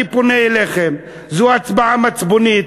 אני פונה אליכם: זו הצבעה מצפונית,